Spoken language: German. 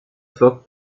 flockt